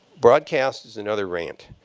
broadcast is another rant.